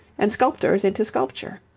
and sculptors into sculpture.